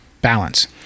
balance